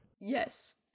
Yes